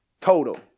Total